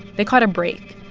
they caught a break.